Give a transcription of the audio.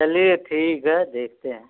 चलिए ठीक है देखते हैं